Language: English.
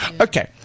Okay